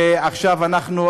עכשיו אנחנו,